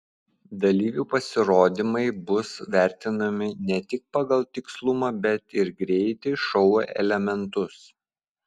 dalyvių pasirodymai bus vertinami ne tik pagal tikslumą bet ir greitį šou elementus